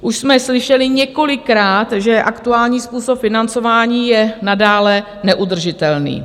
Už jsme slyšeli několikrát, že aktuální způsob financování je nadále neudržitelný.